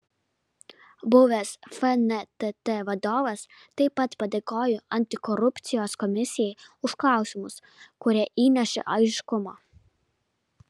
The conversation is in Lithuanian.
buvęs fntt vadovas taip pat padėkojo antikorupcijos komisijai už klausimus kurie įnešė aiškumo